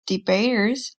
debaters